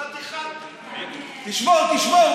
חתיכת, תשמור, תשמור.